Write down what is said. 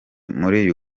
muri